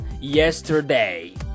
yesterday